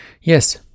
Yes